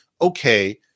okay